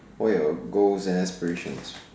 what are your goals and aspirations